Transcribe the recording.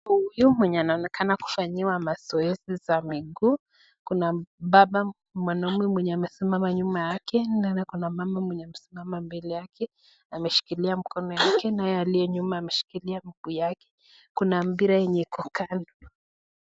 Huyu mwenye anaonekana kufanyiwa mazoezi za miguu, kuna mwanaume mwenye amesimama nyuma yake na kuna mama amesimama mbele yake ameshikilia mkono yake naye aliye nyuma ameshikilia mguu yake. Kuna mpira yenye iko kando.